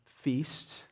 feast